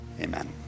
amen